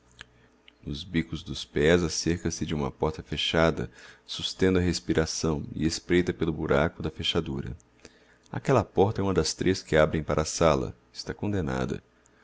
nos bicos dos pés acerca se de uma porta fechada sustendo a respiração e espreita pelo buraco da fechadura aquella porta é uma das três que abrem para a sala